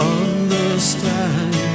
understand